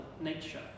nature